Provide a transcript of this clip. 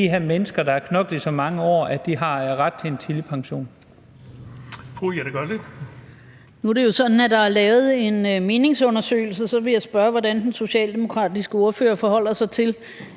Bonnesen): Fru Jette Gottlieb. Kl. 16:16 Jette Gottlieb (EL): Nu er det jo sådan, at der er lavet en meningsundersøgelse. Så vil jeg spørge, hvordan den socialdemokratiske ordfører forholder sig til,